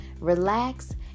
relax